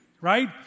right